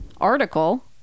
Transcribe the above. article